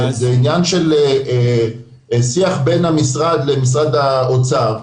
זה עניין שבין המשרד למשרד האוצר,